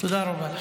תודה רבה לך.